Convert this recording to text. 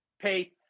pay